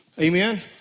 Amen